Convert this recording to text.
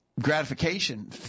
gratification